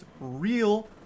real